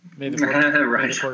Right